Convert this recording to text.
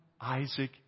Isaac